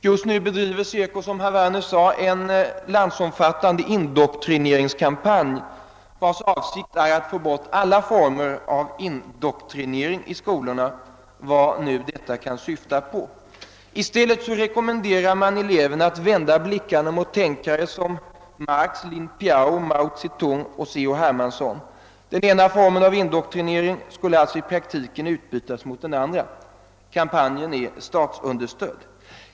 Just nu bedriver SECO, som herr Werner nämnde, en landsomfattande indoktrineringskampanj, vars mål är att få bort alla former av indoktrinering i skolorna, vad nu detta kan syfta på. I stället rekommenderar man eleverna att vända blicken mot tänkare som Marx, Lin Piao, Mao Tsetung och C. H. Hermansson. Den ena formen av indoktrinering skulle alltså i praktiken utbytas mot den andra. Kampanjen är statsunderstödd.